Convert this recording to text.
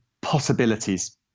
Possibilities